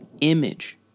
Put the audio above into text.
image